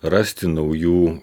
rasti naujų